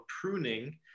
pruning